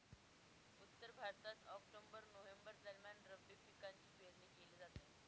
उत्तर भारतात ऑक्टोबर नोव्हेंबर दरम्यान रब्बी पिकांची पेरणी केली जाते